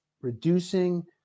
reducing